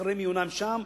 אחרי מיונם שם,